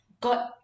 got